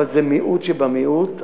זה מיעוט שבמיעוט,